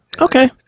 Okay